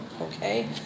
Okay